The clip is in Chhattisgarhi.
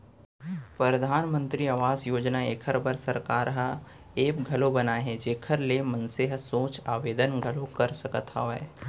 परधानमंतरी आवास योजना एखर बर सरकार ह ऐप घलौ बनाए हे जेखर ले मनसे ह सोझ आबेदन घलौ कर सकत हवय